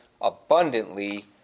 abundantly